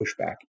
pushback